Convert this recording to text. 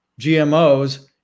GMOs